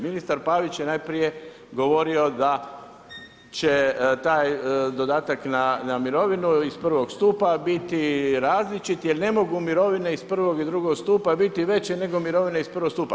Ministar Pavić je najprije govorio da će taj dodatak na mirovinu iz prvog stupa biti različit jer ne mogu mirovine iz prvog i drugog stupa biti veće nego mirovine iz prvog stupa.